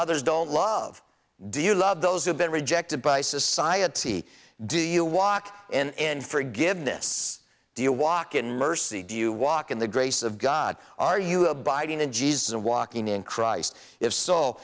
others don't love do you love those who've been rejected by society do you walk and forgiveness do you walk in mercy do you walk in the grace of god are you abiding in jesus and walking in christ if so